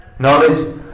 Knowledge